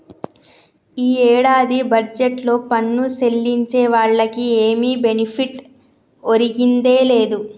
ఈ ఏడాది బడ్జెట్లో పన్ను సెల్లించే వాళ్లకి ఏమి బెనిఫిట్ ఒరిగిందే లేదు